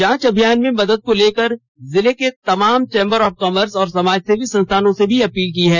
जांच अभियान में मदद को लेकर जिला के तमाम चेम्बर ऑफ कॉमर्स और समाजसेवी संस्थानों से भी अपील की है